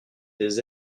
des